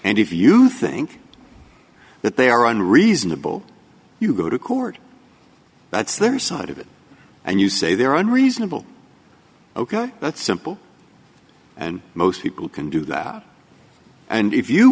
and if you think that they are unreasonable you go to court that's their side of it and you say they're on reasonable ok that's simple and most people can do that and if you